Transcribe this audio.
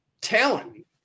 talent